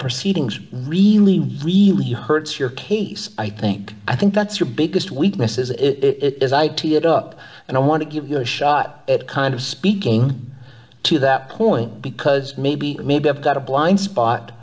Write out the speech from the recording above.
proceedings really really hurts your case i think i think that's your biggest weakness as it is i tee it up and i want to give you a shot at kind of speaking to that point because maybe maybe i've got a blind spot